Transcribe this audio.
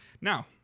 Now